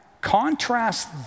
contrast